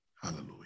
Hallelujah